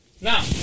Now